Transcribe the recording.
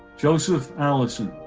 joseph allison.